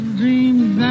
dreams